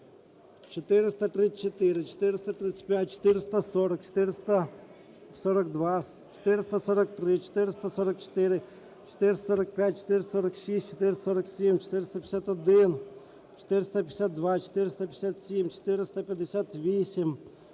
434, 435, 440, 442, 443, 444, 445, 446, 447, 451, 452, 457, 458,